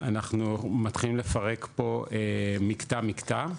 אנחנו מתחילים לפרק פה מקטע מקטע,